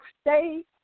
stay